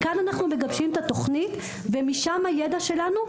מכאן אנחנו מגבשים את התוכנית ומשם הידע שלנו,